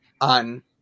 on